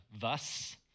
thus